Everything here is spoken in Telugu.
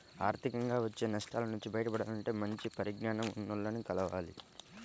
ఆర్థికంగా వచ్చే నష్టాల నుంచి బయటపడాలంటే మంచి పరిజ్ఞానం ఉన్నోల్లని కలవాలి